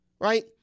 right